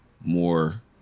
more